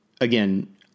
again